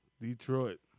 Detroit